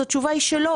אז התשובה היא שלא.